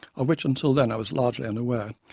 of which until then i was largely unaware,